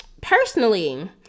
personally